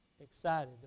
excited